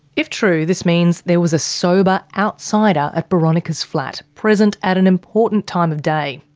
if true, this means there was a sober outsider at boronika's flat present at an important time of day.